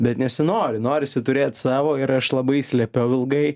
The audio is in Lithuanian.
bet nesinori norisi turėt savo ir aš labai slėpiau ilgai